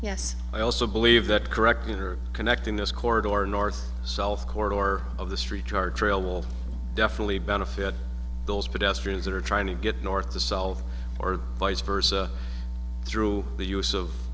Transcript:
yes i also believe that correct manner of connecting this corridor north self court or of the streetcar trail will definitely benefit those pedestrians that are trying to get north to sell or vice versa through the use of